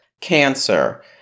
Cancer